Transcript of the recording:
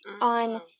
on